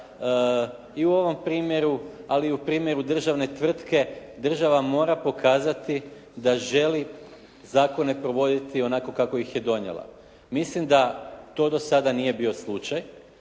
i u ovom primjeru ali i u primjeru državne tvrtke država mora pokazati da želi zakone provoditi onako kako ih je donijela. Mislim da to do sada nije bio slučaj